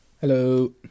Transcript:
hello